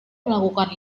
melakukan